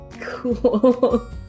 Cool